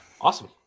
Awesome